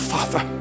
Father